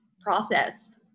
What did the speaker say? process